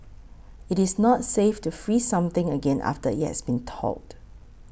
it is not safe to freeze something again after it has thawed